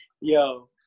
Yo